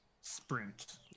sprint